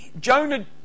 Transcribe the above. Jonah